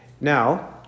Now